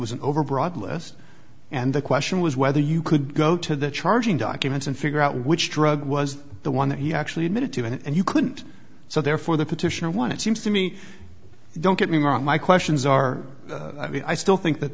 an overbroad list and the question was whether you could go to the charging documents and figure out which drug was the one that he actually admitted to and you couldn't so therefore the petitioner won it seems to me don't get me wrong my questions are i still think that